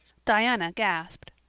diana gasped.